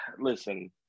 listen